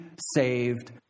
saved